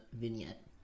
vignette